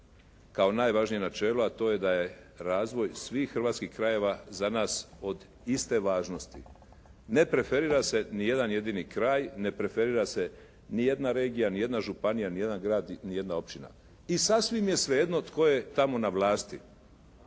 kao najvažnije načelo a to je da je razvoj svih hrvatskih krajeva za nas od iste važnosti. Ne preferira se ni jedan jedini kraj, ne preferira se ni jedna regija, ni jedna županija, ni jedan grad, ni jedna općina. I sasvim je svejedno tko je tamo na vlasti.